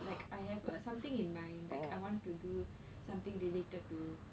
like I have a something in mind like I want to do something related to